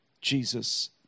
Jesus